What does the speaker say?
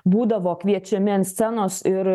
būdavo kviečiami ant scenos ir